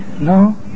No